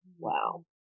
Wow